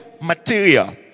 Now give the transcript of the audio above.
material